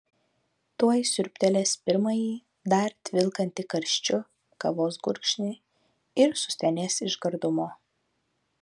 tuoj siurbtelės pirmąjį dar tvilkantį karščiu kavos gurkšnį ir sustenės iš gardumo